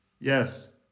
Yes